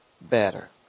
better